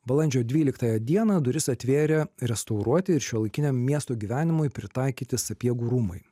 balandžio dvyliktąją dieną duris atvėrė restauruoti ir šiuolaikiniam miesto gyvenimui pritaikyti sapiegų rūmai